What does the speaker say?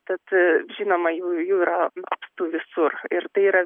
tad žinoma jų jų yra apstu visur ir tai yra